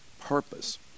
purpose